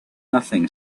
nothing